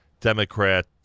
Democrat